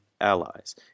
allies